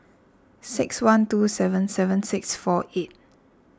six one two seven seven six four eight